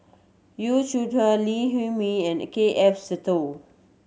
Yu Zhuye Lee Huei Min and K F Seetoh